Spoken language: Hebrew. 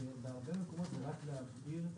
אבל בהרבה מקומות זה רק להבהיר את